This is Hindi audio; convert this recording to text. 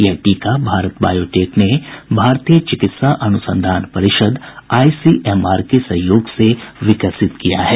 यह टीका भारत बायोटेक ने भारतीय चिकित्सा अनुसंधान परिषद आईसीएमआर के सहयोग से विकसित किया है